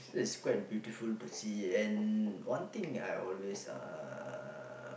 it's quite beautiful to see and one thing I always uh